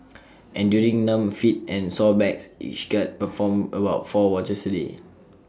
enduring numb feet and sore backs each guard performed about four watches A day